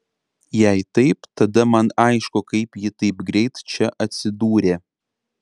jei taip tada man aišku kaip ji taip greit čia atsidūrė